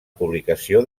publicació